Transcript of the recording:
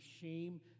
shame